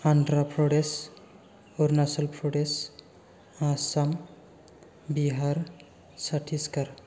Andhra Pradesh Arunachal Pradesh Assam Bihar Chhattisgarh